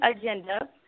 agenda